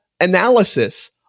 analysis